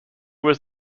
was